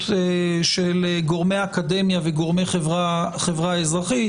של גורמי אקדמיה וגורמי חברה אזרחית,